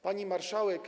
Pani Marszałek!